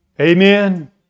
Amen